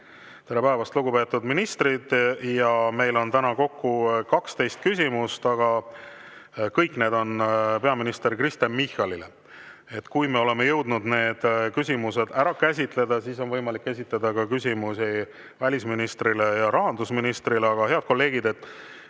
Tere päevast, lugupeetud ministrid! Ja meil on täna kokku 12 küsimust, aga kõik need on peaminister Kristen Michalile. Et kui me oleme jõudnud need küsimused ära käsitleda, siis on võimalik esitada ka küsimusi välisministrile ja rahandusministrile. Aga head kolleegid,